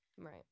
Right